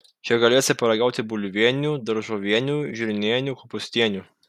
čia galėsi paragauti bulvienių daržovienių žirnienių kopūstienių